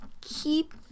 Keep